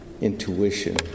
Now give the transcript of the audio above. intuition